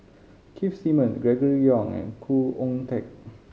Keith Simmons Gregory Yong and Khoo Oon Teik